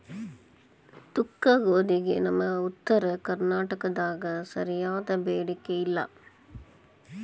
ತೊಕ್ಕಗೋಧಿಗೆ ನಮ್ಮ ಉತ್ತರ ಕರ್ನಾಟಕದಾಗ ಸರಿಯಾದ ಬೇಡಿಕೆ ಇಲ್ಲಾ